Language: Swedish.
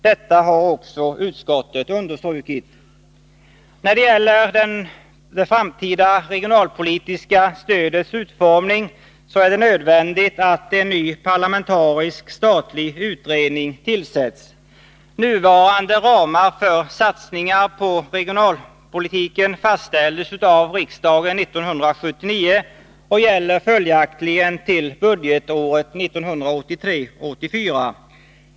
Detta har också utskottet understrukit. När det gäller det framtida regionalpolitiska stödets utformning är det nödvändigt att en ny parlamentarisk statlig utredning tillsätts. Nuvarande ramar för satsningar på regionalpolitiken fastställdes av riksdagen 1979 och gäller följaktligen till budgetåret 1983/84.